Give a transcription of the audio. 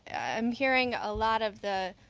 i'm hearing a lot of the